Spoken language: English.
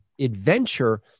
adventure